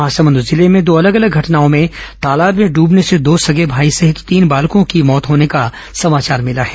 महासमुद जिले में दो अलग अलग घटनाओं में तालाब में डूबने से दो सगे भाई सहित तीन बालकों की मौत होने का समाचार मिला है